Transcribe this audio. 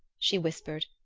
she whispered,